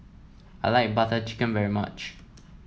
I like Butter Chicken very much